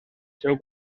seu